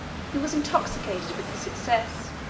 he was intoxicated with his success.